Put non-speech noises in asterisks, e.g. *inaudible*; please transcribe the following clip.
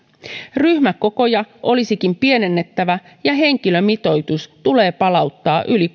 ryhmäkokoja olisikin pienennettävä ja henkilömitoitus tulee palauttaa yli *unintelligible*